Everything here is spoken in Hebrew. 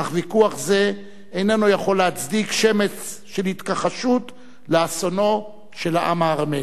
אך ויכוח זה איננו יכול להצדיק שמץ של התכחשות לאסונו של העם הארמני.